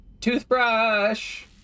Toothbrush